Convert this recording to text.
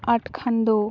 ᱟᱸᱴ ᱠᱷᱟᱱ ᱫᱚ